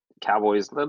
Cowboys